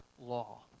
law